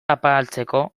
apaltzeko